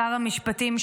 שר המשפטים,